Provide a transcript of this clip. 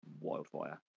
wildfire